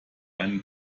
einen